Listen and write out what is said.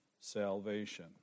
salvation